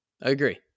agree